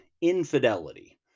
infidelity